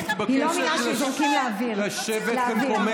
את מתבקשת לשבת במקומך ולדבר ממקומך.